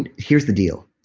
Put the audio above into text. and here's the deal.